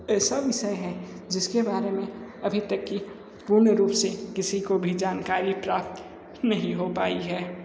ऐसा विषय है जिसके बारे में अभी तक की पूर्ण रूप से किसी को भी जानकारी प्राप्त नहीं हो पाई है